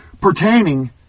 Pertaining